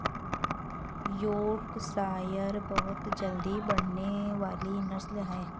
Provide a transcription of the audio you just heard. Yorkshire बहुत जल्दी बढ़ने वाली नस्ल है